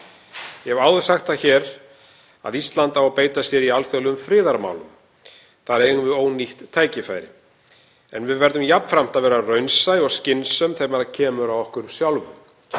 Ég hef áður sagt það hér að Ísland á að beita sér í alþjóðlegum friðarmálum. Þar eigum við ónýtt tækifæri en við verðum jafnframt að vera raunsæ og skynsöm þegar kemur að okkur sjálfum.